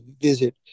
visit